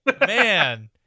Man